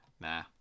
Nah